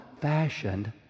fashioned